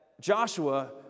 Joshua